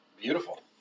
beautiful